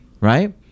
right